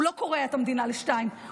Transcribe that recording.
הוא לא קורע את המדינה לשניים,